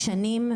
דשנים,